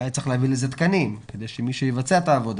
והיה צריך להביא לזה תקנים כדי שמישהו יבצע את העבודה.